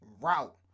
route